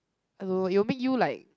I don't know it will make you like